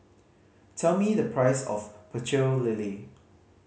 tell me the price of Pecel Lele